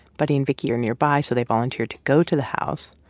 buddy and vicky are nearby, so they volunteer to go to the house.